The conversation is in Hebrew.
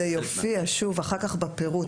זה יופיע אחר כך בפירוט,